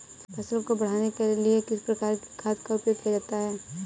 फसल को बढ़ाने के लिए किस खाद का प्रयोग किया जाता है?